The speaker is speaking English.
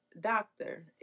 doctor